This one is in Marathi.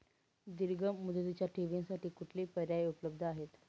दीर्घ मुदतीच्या ठेवींसाठी कुठले पर्याय उपलब्ध आहेत?